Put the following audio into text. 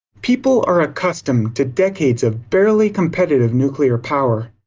people are accustomed to decades of barely competitive nuclear power.